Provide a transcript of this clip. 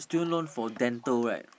student loan for dental right